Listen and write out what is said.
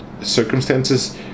circumstances